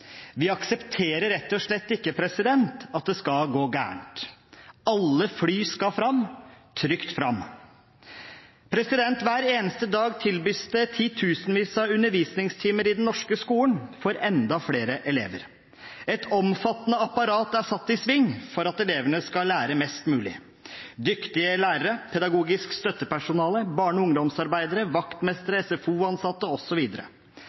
Vi aksepterer rett og slett ikke at det skal gå galt. Alle fly skal fram – trygt fram. Hver eneste dag tilbys det titusenvis av undervisningstimer i den norske skolen for enda flere elever. Et omfattende apparat er satt i sving for at elevene skal lære mest mulig: dyktige lærere, pedagogisk støttepersonale, barne- og ungdomsarbeidere,